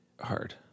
hard